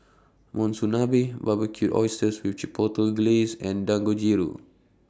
Monsunabe Barbecued Oysters with Chipotle Glaze and Dangojiru